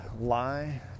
lie